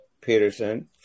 Peterson –